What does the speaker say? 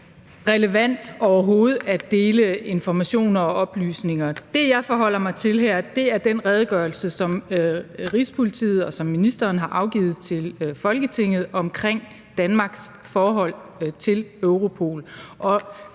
relevant at dele informationer og oplysninger. Det, jeg forholder mig til her, er den redegørelse, som Rigspolitiet og ministeren har afgivet til Folketinget om Danmarks forhold til Europol.